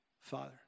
Father